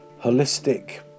holistic